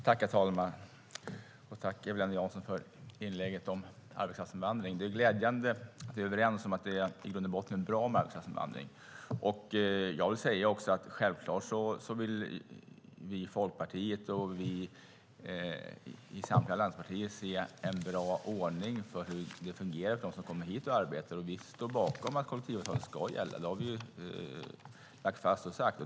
Herr talman! Tack, Eva-Lena Jansson, för inlägget om arbetskraftsinvandring. Det är glädjande att vi är överens om att det i grund och botten är bra med arbetskraftsinvandring. Självklart vill vi i Folkpartiet och samtliga allianspartier se en bra ordning för hur det fungerar för dem som kommer hit och arbetar. Vi står bakom att kollektivavtal ska gälla. Det har vi lagt fast och sagt.